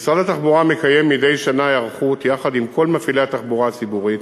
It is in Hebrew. משרד התחבורה מקיים מדי שנה היערכות יחד עם כל מפעילי התחבורה הציבורית